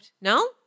no